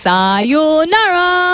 Sayonara